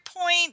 point